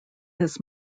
his